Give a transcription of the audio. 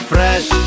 Fresh